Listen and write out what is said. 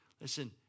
Listen